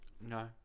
No